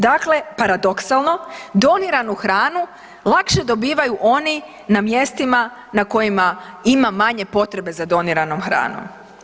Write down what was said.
Dakle, paradoksalno doniranu hranu lakše dobivaju oni na mjestima na kojima ima manje potrebe za doniranom hranom.